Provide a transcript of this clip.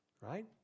right